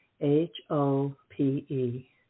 H-O-P-E